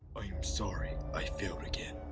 sorry i failed again.